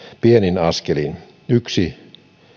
pienin askelin yksi